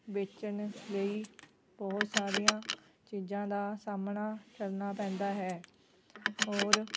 ਵੇਚਣ ਲਈ ਬਹੁਤ ਸਾਰੀਆਂ ਚੀਜ਼ਾਂ ਦਾ ਸਾਹਮਣਾ ਕਰਨਾ ਪੈਂਦਾ ਹੈ ਹੋਰ